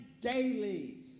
daily